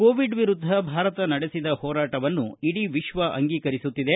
Covid ವಿರುದ್ದ ಭಾರತ ನಡೆಸಿದ ಹೋರಾಟವನ್ನು ಇಡೀ ವಿಶ್ವ ಅಂಗೀಕರಿಸುತ್ತಿದೆ